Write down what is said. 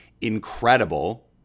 incredible